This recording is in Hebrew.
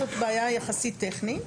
זאת בעיה יחסית טכנית